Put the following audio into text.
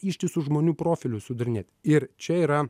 ištisus žmonių profilius sudarinėt ir čia yra